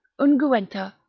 unguenta,